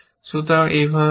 সুতরাং এভাবে হবে